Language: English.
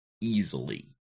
Easily